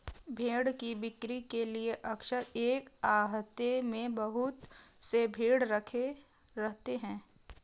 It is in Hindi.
भेंड़ की बिक्री के लिए अक्सर एक आहते में बहुत से भेंड़ रखे रहते हैं